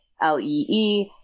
l-e-e